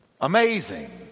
amazing